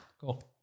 Cool